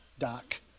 Doc